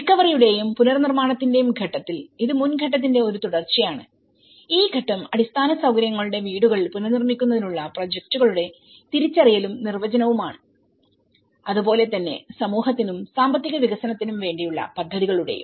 റിക്കവറിയുടെയും പുനർനിർമ്മാണത്തിന്റെയും ഘട്ടത്തിൽ ഇത് മുൻ ഘട്ടത്തിന്റെ ഒരു തുടർച്ചയാണ് ഈ ഘട്ടം അടിസ്ഥാന സൌകര്യങ്ങളുടെ വീടുകൾ പുനർനിർമ്മിക്കുന്നതിനുള്ള പ്രോജക്റ്റുകളുടെ തിരിച്ചറിയലും നിർവചനവുമാണ് അതുപോലെ തന്നെ സമൂഹത്തിനും സാമ്പത്തിക വികസനത്തിനും വേണ്ടിയുള്ള പദ്ധതികളുടെയും